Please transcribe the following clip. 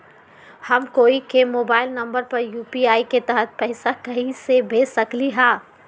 हम कोई के मोबाइल नंबर पर यू.पी.आई के तहत पईसा कईसे भेज सकली ह?